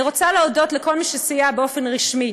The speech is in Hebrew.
אני רוצה להודות לכל מי שסייע באופן רשמי